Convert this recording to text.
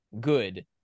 good